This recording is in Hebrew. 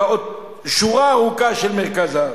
עוד שורה ארוכה של יישובים במרכז הארץ.